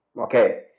Okay